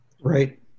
Right